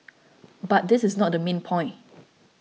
but this is not the main point